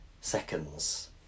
seconds